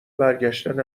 برگشتن